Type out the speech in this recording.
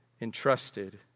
entrusted